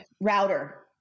router